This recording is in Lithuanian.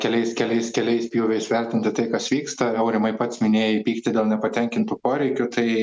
keliais keliais keliais pjūviais vertinti tai kas vyksta aurimai pats minėjai pyktį dėl nepatenkintų poreikių tai